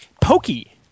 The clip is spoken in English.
Pokey